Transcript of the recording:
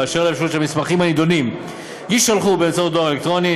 אשר לאפשרות שהמסמכים הנדונים יישלחו באמצעות דואר אלקטרוני,